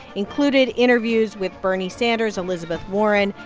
included interviews with bernie sanders, elizabeth warren,